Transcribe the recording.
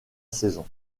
saison